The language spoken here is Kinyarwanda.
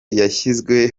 yashyizwe